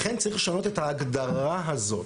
לכן, צריך לשנות את ההגדרה הזאת.